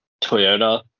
toyota